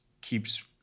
keeps